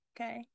okay